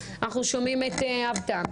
אנחנו שומעים את אבטם,